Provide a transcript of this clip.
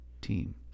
team